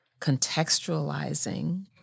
contextualizing